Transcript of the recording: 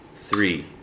three